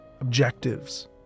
objectives